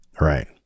Right